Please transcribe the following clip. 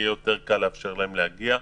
יהיה יותר קל לאפשר להם להגיע.